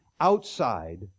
outside